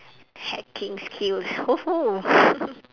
hacking skills !woohoo!